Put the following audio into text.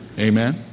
amen